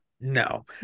No